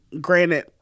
granted